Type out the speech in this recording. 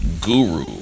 guru